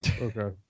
Okay